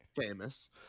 Famous